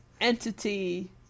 entity